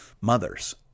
Mothers